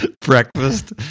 breakfast